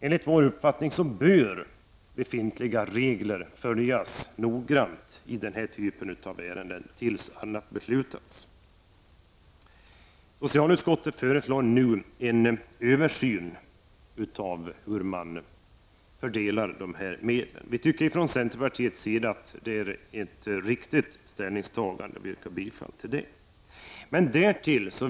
Enligt vår uppfattning bör befintliga regler följas noggrant i den här typen av ärenden tills annat har beslutats. Socialutskottet föreslår nu en översyn av hur medlen skall fördelas. Vi i centern tycker att det är ett riktigt ställningstagande, varför vi biträder det.